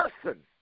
person